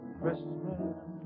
Christmas